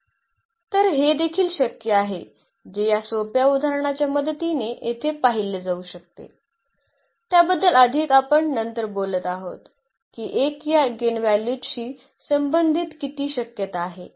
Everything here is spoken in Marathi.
तर हे देखील शक्य आहे जे या सोप्या उदाहरणाच्या मदतीने येथे पाहिले जाऊ शकते त्याबद्दल अधिक आपण नंतर बोलत आहोत की 1 या एगेनव्हल्यूजशी संबंधित किती शक्यता आहे